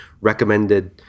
recommended